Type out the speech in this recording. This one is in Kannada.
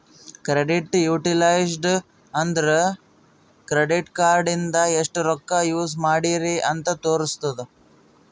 ಕ್ರೆಡಿಟ್ ಯುಟಿಲೈಜ್ಡ್ ಅಂದುರ್ ಕ್ರೆಡಿಟ್ ಕಾರ್ಡ ಇಂದ ಎಸ್ಟ್ ರೊಕ್ಕಾ ಯೂಸ್ ಮಾಡ್ರಿ ಅಂತ್ ತೋರುಸ್ತುದ್